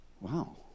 Wow